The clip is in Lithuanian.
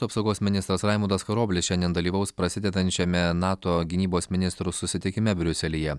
apsaugos ministras raimundas karoblis šiandien dalyvaus prasidedančiame nato gynybos ministrų susitikime briuselyje